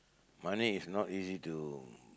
money is not easy to